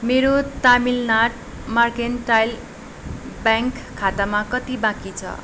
मेरो Tamilnad mercantile bank खातामा कति बाँकी छ